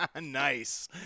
Nice